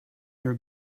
your